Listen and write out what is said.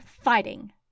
fighting